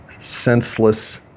senseless